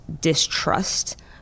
distrust